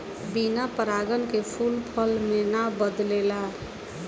बिन परागन के फूल फल मे ना बदलेला